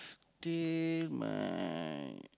till my